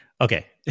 Okay